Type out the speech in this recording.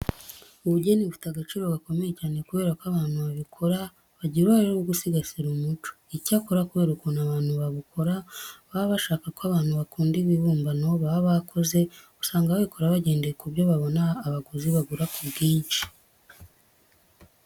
Ubugeni bufite agaciro gakomeye cyane kubera ko abantu babikora bagira uruhare rwo gusigasira umuco. Icyakora kubera ukuntu abantu babukora baba bashaka ko abantu bakunda ibibumbano baba bakoze, usanga babikora bagendeye ku byo babona abaguzi bagura ku bwinshi.